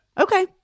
Okay